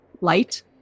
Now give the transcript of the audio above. Light